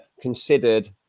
considered